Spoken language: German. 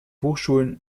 hochschulen